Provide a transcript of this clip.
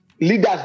Leaders